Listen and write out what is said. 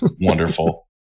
Wonderful